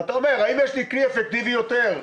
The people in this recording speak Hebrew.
האם יש לי כלי אפקטיבי יותר?